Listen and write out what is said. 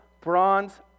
bronze